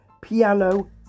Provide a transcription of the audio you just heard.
Piano